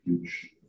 huge